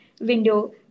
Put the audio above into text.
window